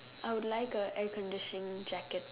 I would like a air conditioning jacket